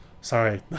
sorry